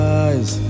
eyes